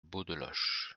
beaudeloche